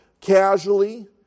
casually